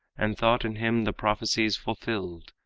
and thought in him the prophecies fulfilled,